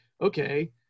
okay